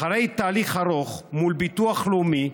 אחרי תהליך ארוך מול ביטוח לאומי,